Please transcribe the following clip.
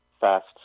fast